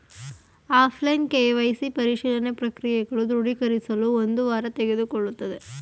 offline KYC ಪರಿಶೀಲನೆ ಪ್ರಕ್ರಿಯೆಗಳು ದೃಢೀಕರಿಸಲು ಒಂದು ವಾರ ತೆಗೆದುಕೊಳ್ಳುತ್ತದೆ